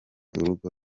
urugo